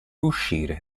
uscire